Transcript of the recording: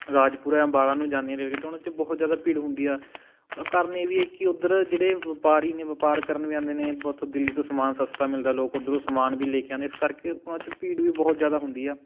ਰਾਜਪੁਰਾ ਅੰਬਾਲਾ ਨੂੰ ਜਾਂਦੇ ਰੇਲ ਗੱਡੀ ਉਹਨਾਂ 'ਚ ਬਹੁਤ ਜ਼ਿਆਦਾ ਭੀੜ ਹੁੰਦੀ ਆ ਕਰਨੇ ਵੀ ਇੱਕ ਹੀ ਉੱਧਰ ਜਿਹੜੇ ਵਪਾਰੀ ਨੇ ਵਪਾਰ ਕਰਨ ਵੀ ਆਉਂਦੇ ਨੇ ਬ ਉੱਥੋਂ ਦਿੱਲੀ ਤੋਂ ਸਮਾਨ ਸਸਤਾ ਮਿਲਦਾ ਲੋਕ ਉੱਧਰੋਂ ਸਮਾਨ ਵੀ ਲੈ ਕੇ ਆਉਂਦੇ ਇਸ ਕਰਕੇ ਉਹਨਾਂ 'ਚ ਭੀੜ ਵੀ ਬਹੁਤ ਜ਼ਿਆਦਾ ਹੁੰਦੀ ਆ